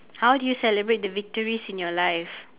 how do you celebrate the victories in your life